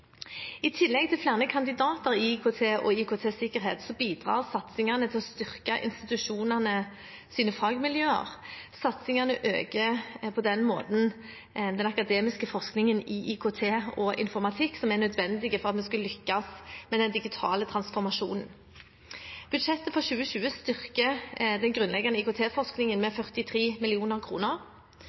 I tillegg til flere kandidater i IKT og IKT-sikkerhet bidrar satsingene til å styrke institusjonenes fagmiljøer. Satsingene øker på den måten den akademiske forskningen innen IKT og informatikk som er nødvendig for at vi skal lykkes med den digitale transformasjonen. Budsjettet for 2020 styrker den grunnleggende IKT-forskningen med 43